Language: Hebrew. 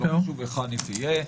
זה לא קשור היכן היא תהיה.